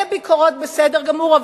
אלה ביקורות, בסדר גמור.